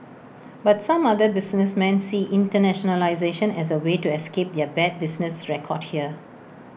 but some other businessmen see internationalisation as A way to escape their bad business record here